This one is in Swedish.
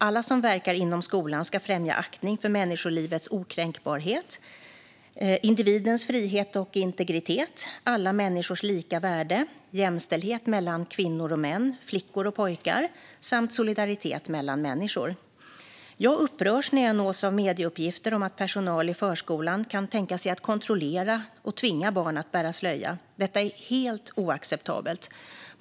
Alla som verkar inom skolan ska främja aktning för människolivets okränkbarhet, individens frihet och integritet, alla människors lika värde, jämställdhet mellan kvinnor och män, flickor och pojkar samt solidaritet mellan människor. Jag upprörs när jag nås av medieuppgifter om att personal i förskolan kan tänka sig att kontrollera och tvinga barn att bära slöja. Detta är helt oacceptabelt.